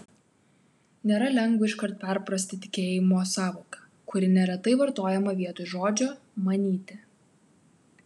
nėra lengva iškart perprasti tikėjimo sąvoką kuri neretai vartojama vietoj žodžio manyti